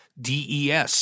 DES